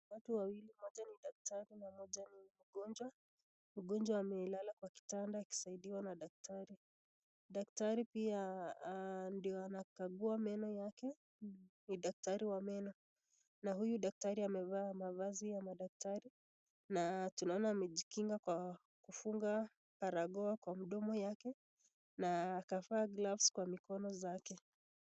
Watu wawili wote ni daktari, moja ni mgonjwa. Mgonjwa amelala kwa kitanda akisaidiwa na daktari. Daktari pia ndio anakangua meno yake, na ni taktari wa meno, na huyu daktari amevaa mavazi ya madaktari, na tunaona amejikinga kwa kufunga barakoa kwa mdomo yake na akavaa gloves kwa mikono yake.